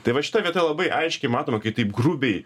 tai va šita vieta labai aiškiai matoma kai taip grubiai